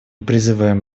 призываем